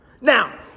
Now